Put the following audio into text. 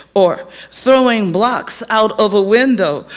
or throwing blocks out of a window,